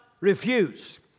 refuse